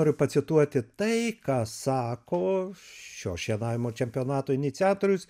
noriu pacituoti tai ką sako šio šienavimo čempionato iniciatorius